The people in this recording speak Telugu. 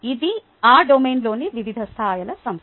ఇది ఆ డొమైన్లోని వివిధ స్థాయిల సంస్థ